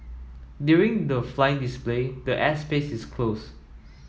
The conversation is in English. during the flying display the air space is closed